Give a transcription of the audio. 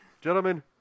gentlemen